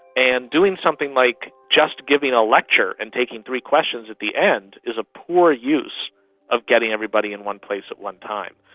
and doing something like just giving a lecture and taking three questions at the end is a poor use of getting everybody in one place at one time.